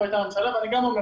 ואני גם אומר,